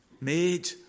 Made